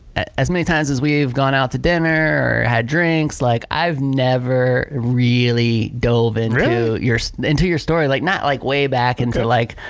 as many times as we've gone out to dinner or had drinks, like i've never really dove into. really? into your story. like not like way back into, like,